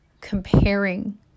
comparing